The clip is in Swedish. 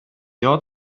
jag